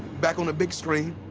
back on the big screen,